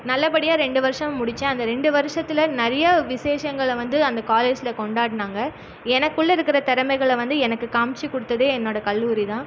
நல்லபடியாக ரெண்டு வருஷம் முடிச்சேன் அந்த ரெண்டு வருசத்தில் நிறையா விசேஷங்களை வந்து அந்த காலேஜில் கொண்டாடுனாங்க எனக்குள்ளே இருக்கிற திறமைகளை வந்து எனக்கு காமிச்சு கொடுத்ததே என்னோட கல்லூரி தான்